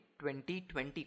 2020